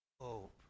hope